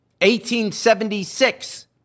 1876